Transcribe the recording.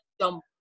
jump